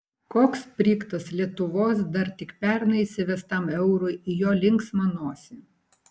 koks sprigtas lietuvos dar tik pernai įsivestam eurui į jo linksmą nosį